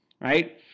right